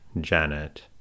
Janet